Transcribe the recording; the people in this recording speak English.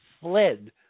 fled